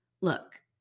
Look